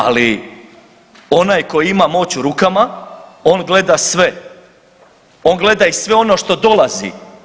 Ali onaj koji ima moć u rukama on gleda sve, on gleda i sve ono što dolazi.